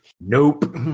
Nope